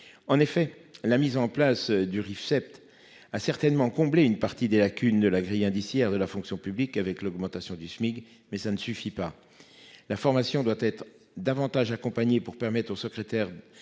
en effet la mise en place du Rifseep. As certainement combler une partie des lacunes de la grille indiciaire de la fonction publique avec l'augmentation du SMIG, mais ça ne suffit pas. La formation doit être davantage accompagner pour permettre au secrétaire